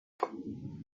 and